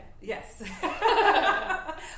Yes